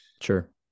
sure